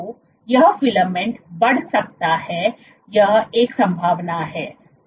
तो यह फिलामेंट बढ़ सकता है यह एक संभावना है